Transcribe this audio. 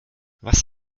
was